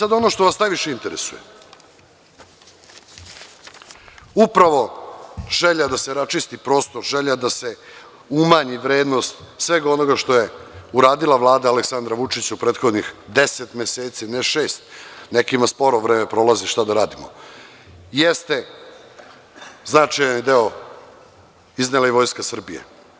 Ono što vas najviše interesuje, upravo želja da se raščisti prostor, želja da se umanji vrednost svega onoga što je uradila Vlada Aleksandra Vučića u prethodnih deset meseci, ne šest, nekima sporo vreme prolazi, šta da radimo, jeste značajan deo iznela i Vojska Srbije.